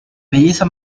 belleza